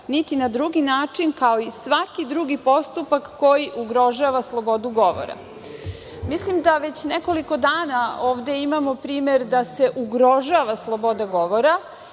niti na drugi način kao i svaki drugi postupak koji ugrožava slobodu govora. Mislim, da već nekoliko dana ovde imamo primer da se ugrožava sloboda govora